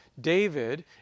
David